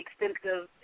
extensive